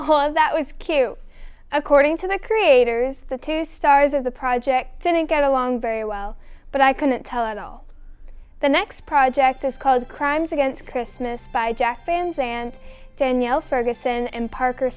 of that was q according to the creators the two stars of the project didn't get along very well but i couldn't tell at all the next project is called crimes against christmas by jack van zandt dan